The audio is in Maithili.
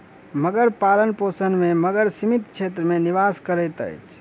मगर पालनपोषण में मगर सीमित क्षेत्र में निवास करैत अछि